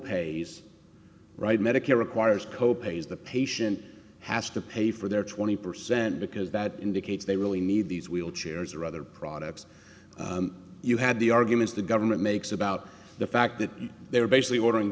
pays right medicare requires co pays the patient has to pay for their twenty percent because that indicates they really need these wheelchairs or other products you had the arguments the government makes about the fact that they were basically ordering